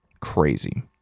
Crazy